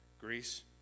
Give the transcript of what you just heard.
Greece